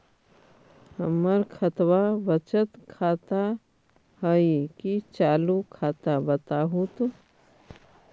हमर खतबा बचत खाता हइ कि चालु खाता, बताहु तो?